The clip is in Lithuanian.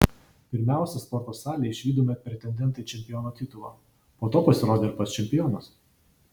pirmiausia sporto salėje išvydome pretendentą į čempiono titulą po to pasirodė ir pats čempionas